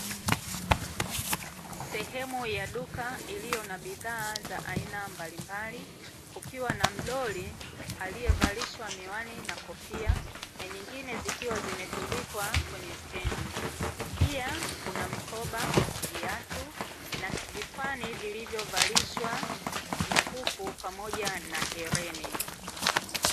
Sehemu ya duka iliyo na bidhaa za aina mbalimbali, kukiwa na mdoli aliyevalishwa miwani na kofia, na nyingine zikiwa zimetundikwa kwenye stendi. Pia kuna mikoba, viatu na vifani vilivyovalishwa mikufu pamoja na hereni.